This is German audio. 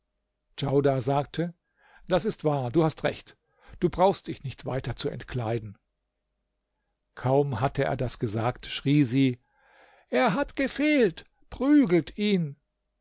djaudar sagte das ist wahr du hast recht du brauchst dich nicht weiter zu entkleiden kaum hatte er das gesagt schrie sie er hat gefehlt prügelt ihn